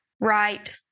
right